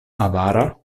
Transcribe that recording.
avara